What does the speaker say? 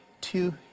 two